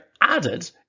added